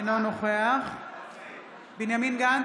אינו נוכח בנימין גנץ,